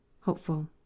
hopeful